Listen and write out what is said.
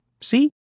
See